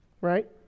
Right